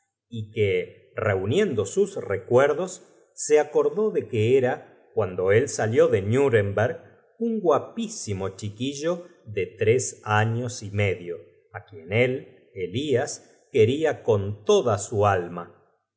y que reuniendo sus recuerdos se acordó de que era cuando él salió de nuremberg un guapísimo chiquillo de tres años y medio á quien él elías quería con toda su alma